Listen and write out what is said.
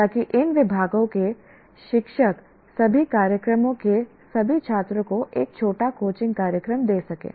ताकि इन विभागों के शिक्षक सभी कार्यक्रमों के सभी छात्रों को एक छोटा कोचिंग कार्यक्रम दे सकें